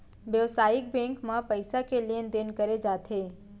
बेवसायिक बेंक म पइसा के लेन देन करे जाथे